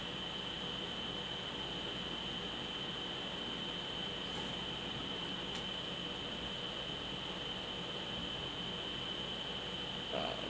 err